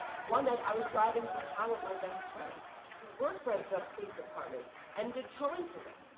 one night, i was driving through town with my best friend who worked for the police department and did towing for them.